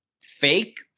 fake